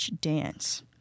dance